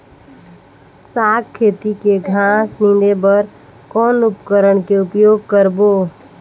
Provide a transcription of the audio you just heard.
साग खेती के घास निंदे बर कौन उपकरण के उपयोग करबो?